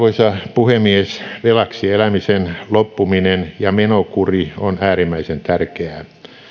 puhemies velaksi elämisen loppuminen ja menokuri on äärimmäisen tärkeää